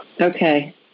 Okay